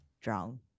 drown